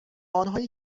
آنهایی